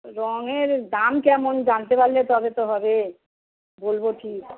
রংয়ের দাম কেমন জানতে পারলে তবে তো হবে বলব ঠিক